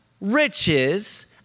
riches